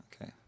Okay